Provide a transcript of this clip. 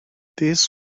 this